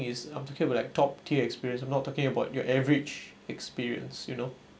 is I'm talking about top tier experience I'm not talking about your average experience you know